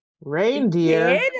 Reindeer